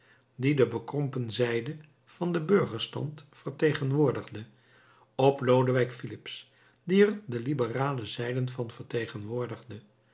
die de bekrompen zijden van den burgerstand vertegenwoordigde op lodewijk filips die er de liberale zijden van vertegenwoordigde